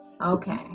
Okay